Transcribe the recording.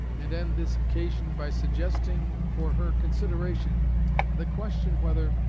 and end this occasion by suggesting for her consideration the question whether,